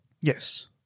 Yes